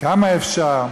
וכמה אפשר.